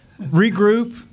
regroup